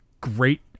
great